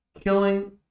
killing